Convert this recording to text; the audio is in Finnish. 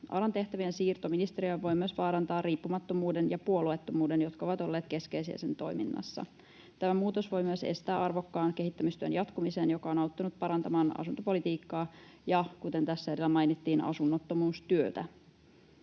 ARAn tehtävien siirto ministeriöön voi myös vaarantaa riippumattomuuden ja puolueettomuuden, jotka ovat olleet keskeisiä sen toiminnassa. Tämä muutos voi myös estää arvokkaan kehittämistyön jatkumisen, joka on auttanut parantamaan asuntopolitiikkaa ja, kuten tässä edellä mainittiin, asunnottomuustyötä.